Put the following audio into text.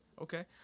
Okay